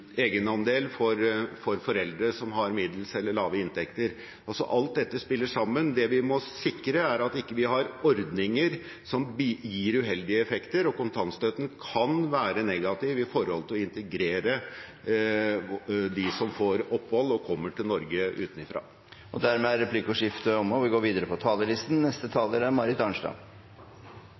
egenandel for foreldre som har middels eller lave inntekter. Alt dette spiller sammen. Det vi må sikre, er at vi ikke har ordninger som gir uheldige effekter. Kontantstøtten kan være negativ når det gjelder å integrere de som får opphold og kommer til Norge utenfra. Dermed er replikkordskiftet omme. La meg også få lov å begynne med å gratulere Venstre, Fremskrittspartiet og